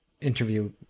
interview